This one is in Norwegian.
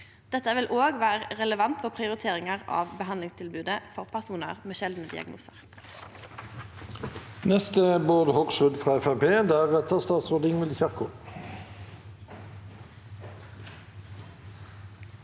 Dette vil òg vere relevant for prioriteringar av behandlingstilbodet for personar med sjeldne diagnosar.